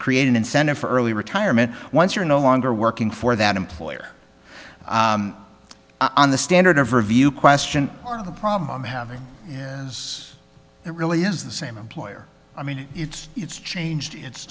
create an incentive for early retirement once you're no longer working for that employer on the standard of review question the problem having yes it really is the same employer i mean it's it's changed it